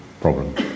problem